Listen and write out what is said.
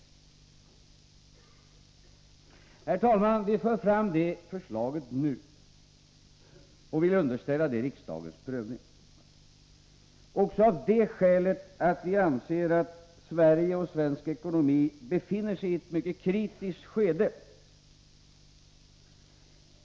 Herr talman! Vi för fram det förslaget nu och vill underställa det riksdagens prövning, också av det skälet att vi anser att Sverige och svensk ekonomi befinner sig i ett mycket kritiskt skede.